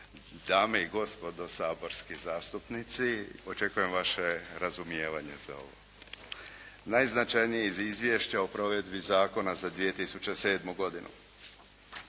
Dame i gospodo saborski zastupnici, očekujem vaše razumijevanje za ovo. Najznačajnije iz Izvješća o provedbi zakona za 2007. godinu.